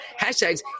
hashtags